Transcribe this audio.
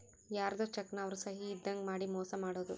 ಯಾರ್ಧೊ ಚೆಕ್ ನ ಅವ್ರ ಸಹಿ ಇದ್ದಂಗ್ ಮಾಡಿ ಮೋಸ ಮಾಡೋದು